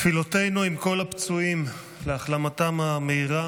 תפילותינו עם כל הפצועים, להחלמתם המהירה